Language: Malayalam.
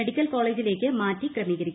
മെഡിക്കൽ കോളജിലേക്ക് മാറ്റി ക്രമീകരിക്കുക